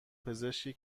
پزشکی